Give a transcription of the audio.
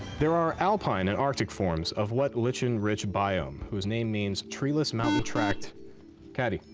there are alpine and arctic forms of what lichen-rich biome whose name means treeless mountain tract catty.